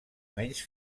menys